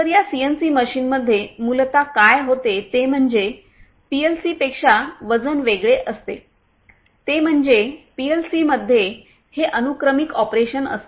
तर या सीएनसी मशीनमध्ये मूलतः काय होते ते म्हणजे पीएलसीपेक्षा वजन वेगळे असते ते म्हणजे पीएलसीमध्ये हे अनुक्रमिक ऑपरेशन असते